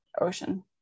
ocean